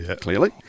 clearly